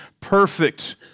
perfect